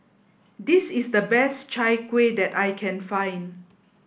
this is the best Chai Kuih that I can find